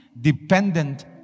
dependent